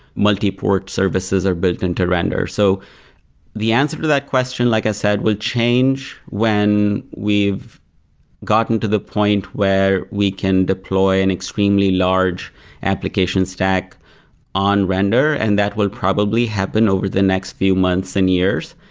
multi-port services are built in to render so the answer to that question, like i said, will change when we've gotten to the point where we can deploy an extremely large application stack on render. and that will probably happen over the next few months and years.